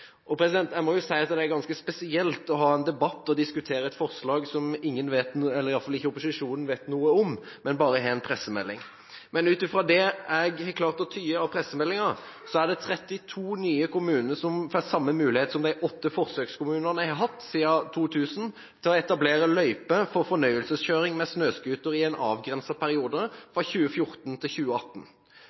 er ganske spesielt å ha en debatt og diskutere et forslag som ingen – i hvert fall ikke opposisjonen – vet noe om, men bare har en pressemelding. Men ut fra det jeg har klart å tyde av pressemeldingen, er det 32 nye kommuner som får samme mulighet som de åtte forsøkskommunene har hatt siden 2000, til å etablere flere løyper for fornøyelseskjøring med snøscooter i en avgrenset periode fra 2014 til 2018.